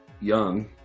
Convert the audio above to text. young